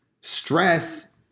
Stress